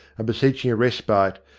and beseeching a respite,